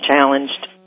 challenged